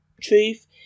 truth